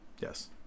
yes